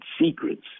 secrets